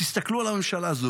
תסתכלו על הממשלה הזאת,